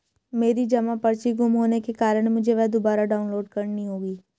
मेरी जमा पर्ची गुम होने के कारण मुझे वह दुबारा डाउनलोड करनी होगी